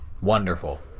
wonderful